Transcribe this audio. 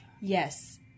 Yes